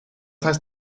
heißt